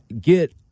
get